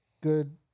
good